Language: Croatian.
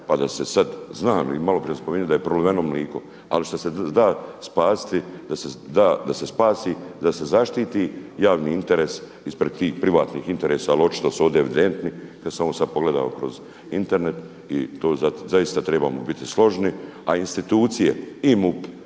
pa da se sada zna i malo prije spominjano da je proliveno mliko, ali što se da spasiti da se spasi, da se zaštiti javni interes ispred tih privatnih interesa, ali očito su ovdje evidentni kada samo sada pogledamo kroz Internet i to zaista trebamo biti složni. A institucije i MUP